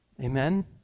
Amen